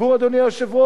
אדוני היושב-ראש,